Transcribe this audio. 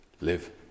live